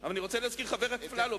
אבל אני רוצה להזכיר לחבר הכנסת אפללו,